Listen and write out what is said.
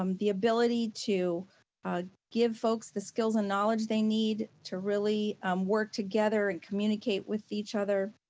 um the ability to give folks the skills and knowledge they need to really work together and communicate with each other,